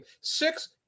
six